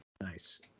Nice